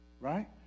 right